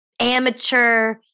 amateur